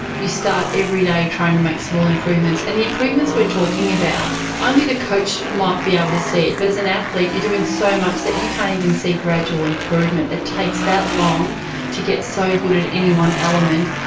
you start every day trying to make small improvements and the improvements we are taking about only the coach might be able to see it but as an athlete you're doing so much that you can't even see gradual improvement, it takes that long to get so good at any one element,